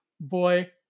boy